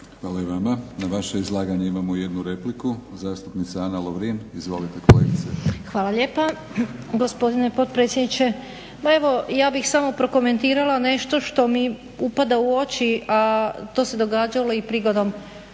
Hvala i vama. Na vaše izlaganje imamo jednu repliku. Zastupnica Ana Lovrin. Izvolite kolegice. **Lovrin, Ana (HDZ)** Hvala lijepa gospodine potpredsjedniče. Ma evo ja bih samo prokomentirala nešto što mi upada u oči a to se događalo i prigodom